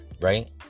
Right